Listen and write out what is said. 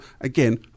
again